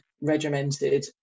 regimented